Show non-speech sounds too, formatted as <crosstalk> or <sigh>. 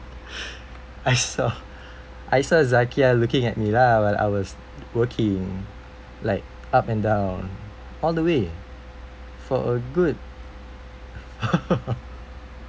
<breath> <laughs> I saw I saw zaqiah looking at me lah when I was working like up and down all the way for a good <laughs>